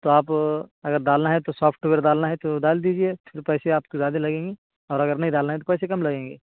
تو آپ اگر ڈالنا ہے تو سافٹ ویئر ڈالنا ہے تو ڈال دیجیے پھر پیسے آپ کے ذیادہ لگیں گے اور اگر نہیں ڈالنا ہے تو پیسے کم لگیں گے